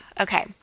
okay